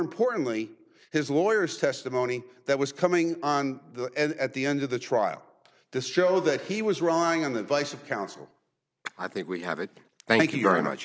importantly his lawyers testimony that was coming on the end at the end of the trial this show that he was wrong on the vice of counsel i think we have it thank you very much